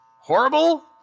horrible